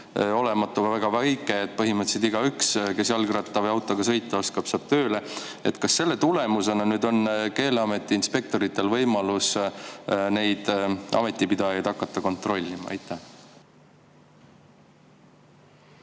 olematu või väga väike, nii et põhimõtteliselt igaüks, kes jalgratta või autoga sõita oskab, saab tööle. Kas selle [eelnõu] tulemusena on Keeleameti inspektoritel võimalus neid ametipidajaid hakata kontrollima? Aitäh,